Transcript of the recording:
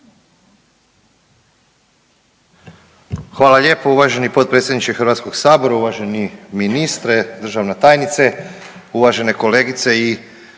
Hvala lijepo uvaženi potpredsjedniče HS, uvaženi ministre, državna tajnice, uvažene kolegice i